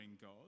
God